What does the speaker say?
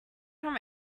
from